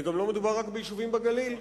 וגם לא מדובר רק ביישובים בגליל.